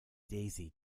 daisy